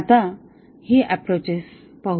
आता हि अँप्रोचेस पाहू